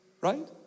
right